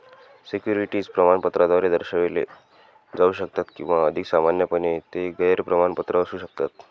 securities प्रमाणपत्राद्वारे दर्शविले जाऊ शकतात किंवा अधिक सामान्यपणे, ते गैर प्रमाणपत्र असू शकतात